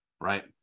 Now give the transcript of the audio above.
right